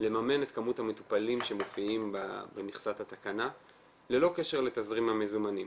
לממן את כמות המטופלים שמופיעים במכסת התקנה ללא קשר לתזרים המזומנים.